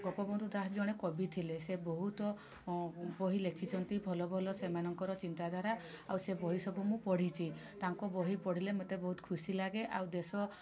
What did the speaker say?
ଗୋପବନ୍ଧୁ ଦାସ ଜଣେ କବି ଥିଲେ ସେ ବହୁତ ବହି ଲେଖିଛନ୍ତି ଭଲଭଲ ସେମାନଙ୍କର ଚିନ୍ତାଧାରା ଆଉ ସେ ବହି ସବୁ ମୁଁ ପଢ଼ିଛି ତାଙ୍କ ବହି ପଢ଼ିଲେ ମୋତେ ବହୁତ ଖୁସି ଲାଗେ ଆଉ ଦେଶ